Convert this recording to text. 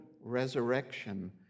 resurrection